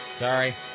Sorry